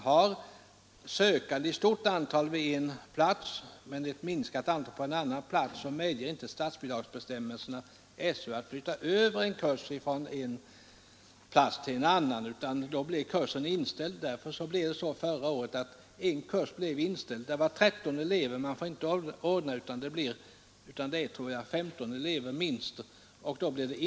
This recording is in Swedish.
Om det är ett stort antal sökande på en plats men ett mindre antal på en annan plats, medger inte statsbidragsbestämmelserna SÖ att flytta över en kurs från en plats till en annan utan då blir kanske en kurs inställd. Så blev fallet med en kurs förra året. 13 elever hade anmält sig, men för att en kurs skall få anordnas krävs minst 15 elever.